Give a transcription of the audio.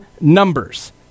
numbers